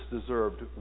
deserved